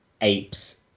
apes